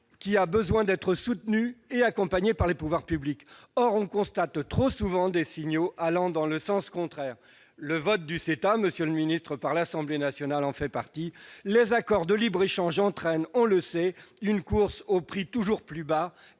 qui a besoin d'être soutenue et accompagnée par les pouvoirs publics. Or on constate trop souvent des signaux allant dans le sens contraire. Le vote du CETA par l'Assemblée nationale en fait partie : les accords de libre-échange entraînent, on le sait, une course aux prix toujours plus bas